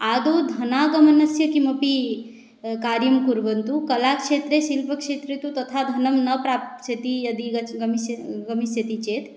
आदौ धनागमनस्य किमपि कार्यं कुर्वन्तु कलाक्षेत्रे शिल्पक्षेत्रे तु तथा धनं न प्राप्स्यति यदि गच् गमिस् गमिष्यति चेत्